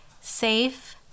safe